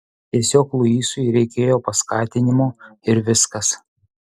tiesiog luisui reikėjo paskatinimo ir viskas